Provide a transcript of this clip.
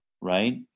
right